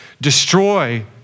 destroy